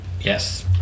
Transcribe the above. Yes